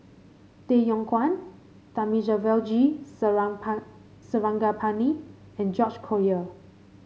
Tay Yong Kwang Thamizhavel G Sarangapani and George Collyer